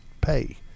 pay